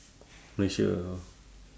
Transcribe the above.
malaysia orh